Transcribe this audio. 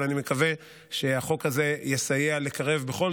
אבל אני מקווה שהחוק הזה יסייע לקרב בכל